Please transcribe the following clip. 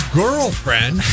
girlfriend